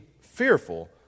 fearful